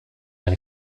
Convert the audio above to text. ein